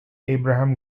abraham